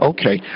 Okay